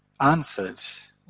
answered